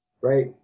right